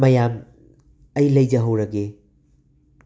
ꯃꯌꯥꯝ ꯑꯩ ꯂꯩꯖꯍꯧꯔꯒꯦ